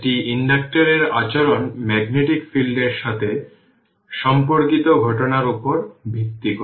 একটি ইন্ডাক্টর এর আচরণ ম্যাগনেটিক ফিল্ড এর সাথে সম্পর্কিত ঘটনার উপর ভিত্তি করে